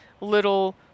little